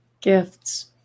Gifts